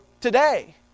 today